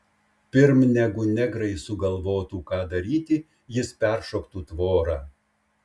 pirm negu negrai sugalvotų ką daryti jis peršoktų tvorą